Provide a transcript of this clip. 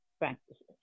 practices